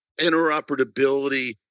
interoperability